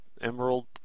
Emerald